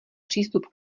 přístup